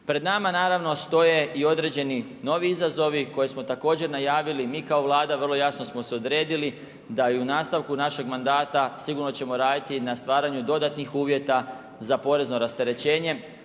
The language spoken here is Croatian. Pred nama, naravno stoje i određeni novi izazovi, koje smo također najavili, mi kao Vlada vrlo jasno smo se odredili da i u nastavku našeg mandata sigurno ćemo raditi na stvaranju dodatnih uvjeta, za porezno rasterećenje.